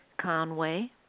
Conway